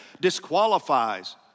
disqualifies